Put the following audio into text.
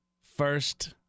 First